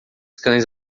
cães